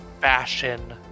fashion